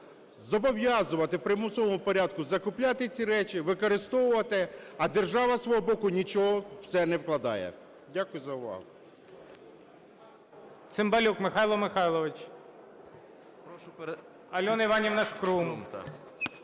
зобов'язувати в примусовому порядку закупляти ці речі, використовувати, а держава зі свого боку нічого в це не вкладає. Дякую за увагу.